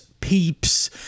peeps